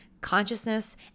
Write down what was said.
consciousness